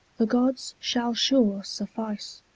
the gods shall sure suffice.